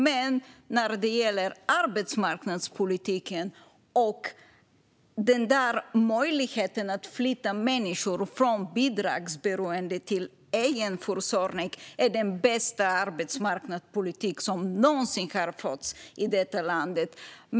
Men arbetsmarknadspolitiken, med möjligheten att flytta människor från bidragsberoende till egenförsörjning, är den bästa arbetsmarknadspolitik som någonsin har förts i detta land.